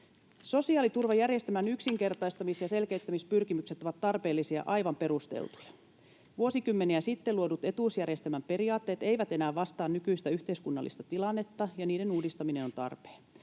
Sosiaaliturvajärjestelmän yksinkertaistamis- ja selkeyttämispyrkimykset ovat tarpeellisia, aivan perusteltuja. Vuosikymmeniä sitten luodut etuusjärjestelmän periaatteet eivät enää vastaa nykyistä yhteiskunnallista tilannetta, ja niiden uudistaminen on tarpeen.